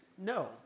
No